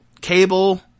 Cable